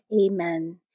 Amen